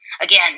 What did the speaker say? Again